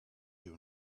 you